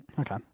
Okay